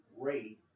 rate